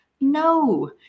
no